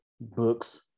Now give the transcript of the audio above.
books